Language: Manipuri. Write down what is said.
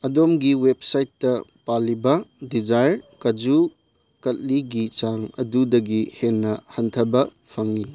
ꯑꯗꯣꯝꯒꯤ ꯋꯦꯞꯁꯥꯏꯠꯇ ꯄꯜꯂꯤꯕ ꯗꯤꯖꯥꯌꯔ ꯀꯥꯖꯨ ꯀꯠꯂꯤꯒꯤ ꯆꯥꯡ ꯑꯗꯨꯗꯒꯤ ꯍꯦꯟꯅ ꯍꯟꯊꯕ ꯐꯪꯉꯤ